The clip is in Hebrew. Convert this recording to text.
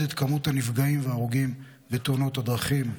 את מספר הנפגעים וההרוגים בתאונות הדרכים.